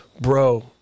bro